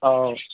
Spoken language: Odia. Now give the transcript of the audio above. ହଉ